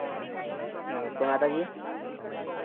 नमस्ते माता जी